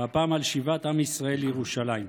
והפעם על שיבת עם ישראל לירושלים.